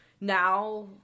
now